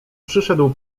przyszedł